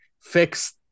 fix